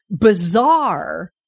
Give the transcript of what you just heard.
bizarre